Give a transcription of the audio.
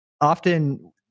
often